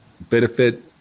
benefit –